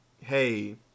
hey